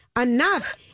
enough